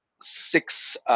six